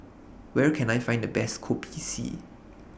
Where Can I Find The Best Kopi C